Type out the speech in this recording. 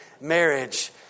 marriage